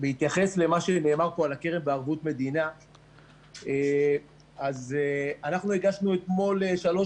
למה שנאמר פה על הקרן בערבות מדינה אנחנו הגשנו אתמול שלוש